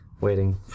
waiting